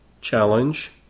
challenge